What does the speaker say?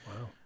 Wow